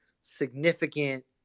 significant